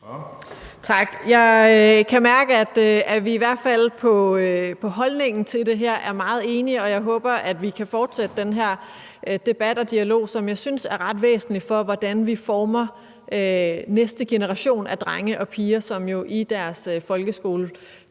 Tak. Jeg kan mærke, at vi i hvert fald er meget enige i holdningen til det her, og jeg håber, vi kan fortsætte den her debat og dialog, som jeg synes er ret væsentlig for, hvordan vi former næste generation af drenge og piger, som jo i deres folkeskole